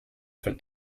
von